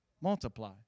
Multiply